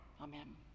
Amen